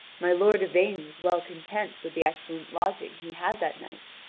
my lord yvain was well content with the excellent lodging he had that night,